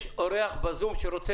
יש אורח בזום שרוצה